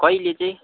कहिले चाहिँ